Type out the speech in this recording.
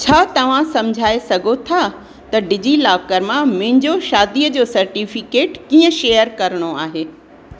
छा तव्हां समुझाए सघो था त डिजीलॉकर मां मुंहिंजो शादी जो सर्टिफिकेट कीअं शेयर करिणो आहे